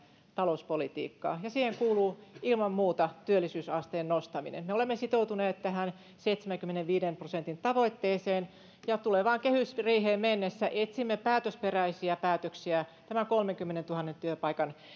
talouspolitiikkaa ja siihen kuuluu ilman muuta työllisyysasteen nostaminen me olemme sitoutuneet tähän seitsemänkymmenenviiden prosentin tavoitteeseen ja tulevaan kehysriiheen mennessä etsimme päätösperäisiä päätöksiä tämän kolmenkymmenentuhannen työpaikan